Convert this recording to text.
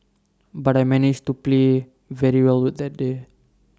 but I managed to play very well that day